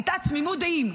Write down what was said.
הייתה תמימות דעים,